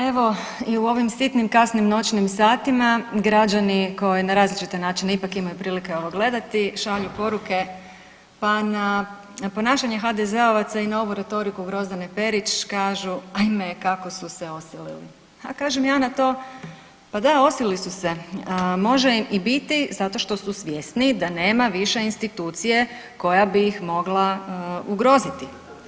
Evo, i u ovim sitnim kasnim noćnim satima građani koji na različite načine ipak imaju priliku ovo gledati šalju poruke pa na, na ponašanje HDZ-ovaca i na ovu retoriku Grozdane Perić, kažu ajme kako su se osilili, a kažem ja na to pa da osolili su se može im i biti zato što su svjesni da nema više institucije koja bi ih mogla ugroziti.